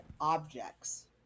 objects